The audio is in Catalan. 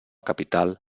capital